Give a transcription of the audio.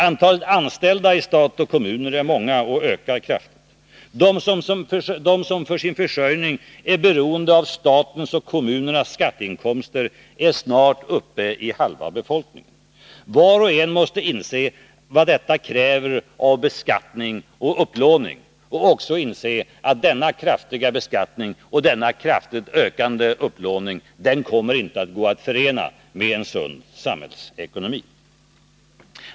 Antalet anställda i stat och kommun är många och ökar kraftigt. De som för sin försörjning är beroende av statens och kommunernas skatteinkomster är snart uppe i halva befolkningen. Var och en måste inse vad detta kräver av beskattning och upplåning, och också inse att denna kraftiga beskattning och denna kraftigt ökande upplåning inte går att förena med en sund samhällsekonomi.